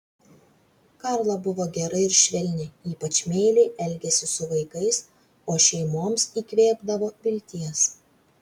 karla buvo gera ir švelni ypač meiliai elgėsi su vaikais o šeimoms įkvėpdavo vilties